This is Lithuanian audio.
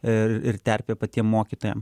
ir ir terpė patiem mokytojam